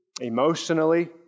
emotionally